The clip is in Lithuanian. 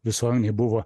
visuomenėj buvo